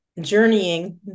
journeying